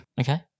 Okay